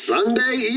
Sunday